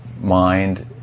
mind